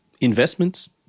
investments